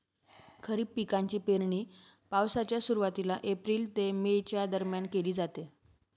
खरीप पिकांची पेरणी पावसाच्या सुरुवातीला एप्रिल ते मे च्या दरम्यान केली जाते